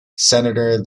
senator